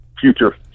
future